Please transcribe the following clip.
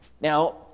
Now